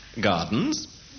gardens